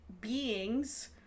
beings